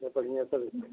तो बढ़िया सब